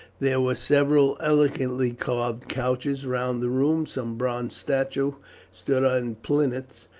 there were several elegantly carved couches round the room. some bronze statues stood on plinths,